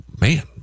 man